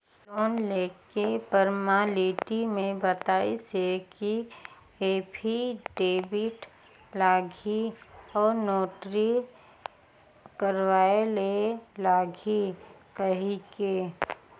loan लेके formality म बताइस हे कि एफीडेबिड लागही अउ नोटरी कराय ले लागही कहिके